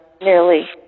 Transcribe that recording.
nearly